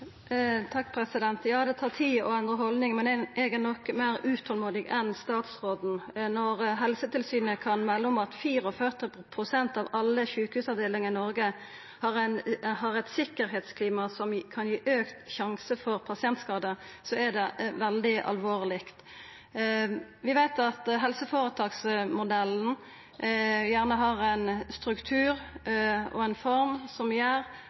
Ja, det tar tid å endra haldning, men eg er nok meir utolmodig enn statsråden. Når Helsetilsynet kan melda om at 44 pst. av alle sjukehusavdelingane i Noreg har eit sikkerheitsklima som kan gi auka risiko for pasientskader, er det veldig alvorleg. Vi veit at helseføretaksmodellen gjerne har ein struktur og ei form som gjer